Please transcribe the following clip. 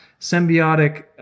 symbiotic